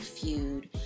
feud